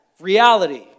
reality